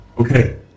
Okay